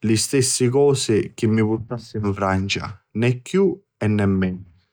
li stessi cosi chi mi purtassi nfrancia, ne chiù e ne menu.